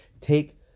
take